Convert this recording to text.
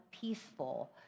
peaceful